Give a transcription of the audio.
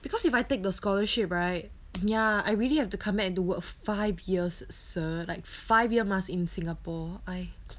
because if I take the scholarship right ya I really have to commit and do work five years so like five year mass in singapore I